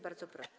Bardzo proszę.